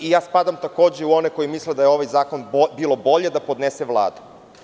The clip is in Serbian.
Ja spadam, takođe, u onekoji misle da je ovaj zakon bilo bolje da podnese Vlada.